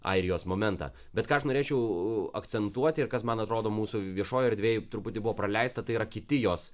airijos momentą bet ką aš norėčiau akcentuoti ir kas man atrodo mūsų viešoj erdvėj turbūt buvo praleista tai yra kiti jos